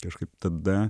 kažkaip tada